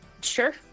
sure